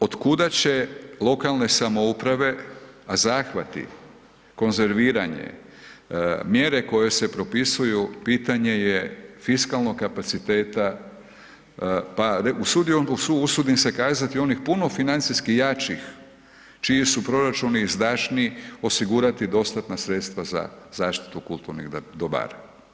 Od kuda će lokalne samouprave, a zahvati, konzerviranje, mjere koje se propisuju pitanje je fiskalnog kapaciteta, pa usudim se kazati onih puno financijskih jačih čiji su proračuni izdašniji, osigurati dostatna sredstva za zaštitu kulturnih dobara.